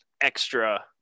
extra